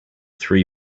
three